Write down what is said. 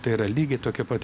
tai yra lygiai tokia pat